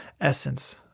essence